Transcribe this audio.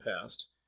past